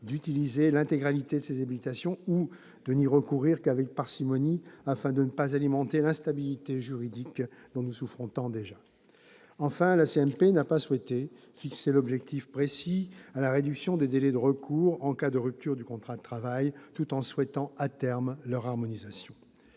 d'utiliser l'intégralité de ces habilitations, ou de n'y recourir qu'avec parcimonie, afin de ne pas alimenter l'instabilité juridique, dont nous souffrons tant déjà. Enfin, la CMP n'a pas souhaité fixer d'objectif précis à la réduction des délais de recours en cas de rupture du contrat de travail, tout en souhaitant à terme leur harmonisation.